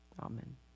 Amen